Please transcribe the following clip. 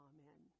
Amen